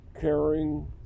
caring